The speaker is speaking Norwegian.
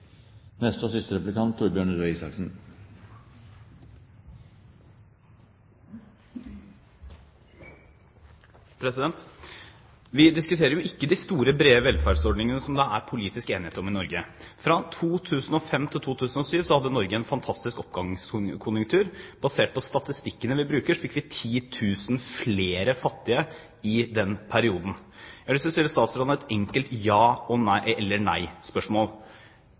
Vi diskuterer jo ikke de store, brede velferdsordningene som det er politisk enighet om i Norge. Fra 2005 til 2007 hadde Norge en fantastisk oppgangskonjunktur. Basert på statistikkene vi bruker, fikk vi 10 000 flere fattige i den perioden. Jeg har lyst til å stille statsråden et enkelt ja-